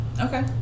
Okay